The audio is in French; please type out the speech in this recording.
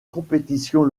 compétitions